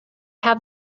have